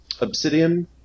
Obsidian